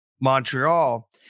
Montreal